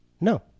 No